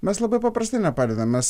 mes labai paprastai nepadedam mes